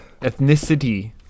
Ethnicity